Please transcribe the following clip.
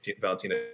valentina